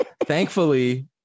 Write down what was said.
Thankfully